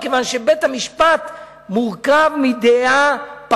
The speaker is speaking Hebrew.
מכיוון שבית-המשפט מורכב מדעה אחידה,